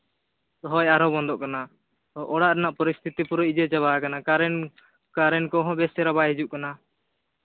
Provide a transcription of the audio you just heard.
ᱦᱳᱭ ᱟᱨᱦᱚ ᱵᱚᱱᱫᱚᱜ ᱠᱟᱱᱟ ᱚᱲᱟᱜ ᱨᱮᱱᱟᱜ ᱯᱚᱨᱤᱥᱛᱷᱤᱛᱤ ᱯᱩᱨᱟᱹ ᱤᱭᱟᱹ ᱪᱟᱵᱟ ᱟᱠᱟᱱᱟ ᱠᱟᱨᱮᱱᱴ ᱠᱟᱨᱮᱱᱴ ᱠᱚᱦᱚᱸ ᱵᱮᱥ ᱪᱮᱦᱨᱟ ᱵᱟᱭ ᱦᱤᱡᱩᱜ ᱠᱟᱱᱟ